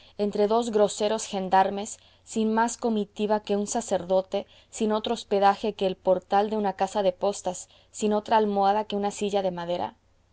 entre dos groseros gendarmes sin más comitiva que un sacerdote sin otro hospedaje que el portal de una casa de postas sin otra almohada que una silla de madera